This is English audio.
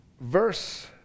Verse